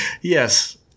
Yes